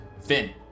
Finn